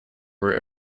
were